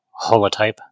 holotype